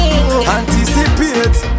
Anticipate